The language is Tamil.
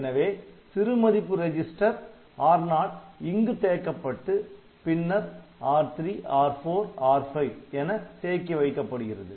எனவே சிறு மதிப்பு ரெஜிஸ்டர் R0 இங்கு தேக்கப்பட்டு பின்னர் R3 R4 R5 என தேக்கி வைக்கப்படுகிறது